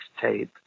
tape